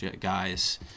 guys